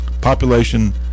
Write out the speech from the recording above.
population